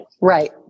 Right